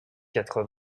quatre